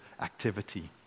activity